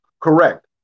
Correct